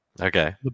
Okay